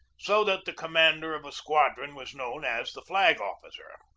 so that the commander of a squadron was known as the flag-officer.